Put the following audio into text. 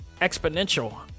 exponential